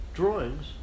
drawings